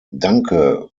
danke